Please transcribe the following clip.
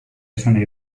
esanahi